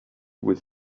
with